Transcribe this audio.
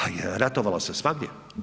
A ratovalo se svagdje.